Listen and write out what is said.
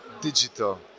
digital